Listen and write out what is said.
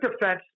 defense